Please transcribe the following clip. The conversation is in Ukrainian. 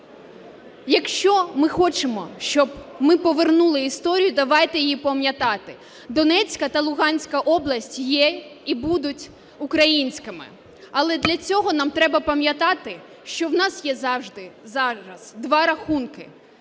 Якщо ми хочемо, щоб ми повернули історію, давайте її пам'ятати. Донецька та Луганська області є і будуть українськими. Але для цього нам треба пам'ятати, що в нас є завжди зараз два рахунки,